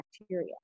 bacteria